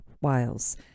Wales